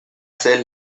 ser